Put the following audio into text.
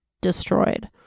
destroyed